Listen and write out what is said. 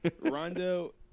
Rondo